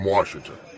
Washington